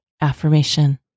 AFFIRMATION